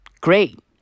great